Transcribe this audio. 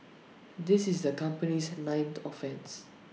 this is the company's ninth offence